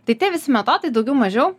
tai tie visi metodai daugiau mažiau